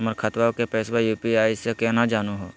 हमर खतवा के पैसवा यू.पी.आई स केना जानहु हो?